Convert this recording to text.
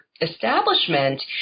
establishment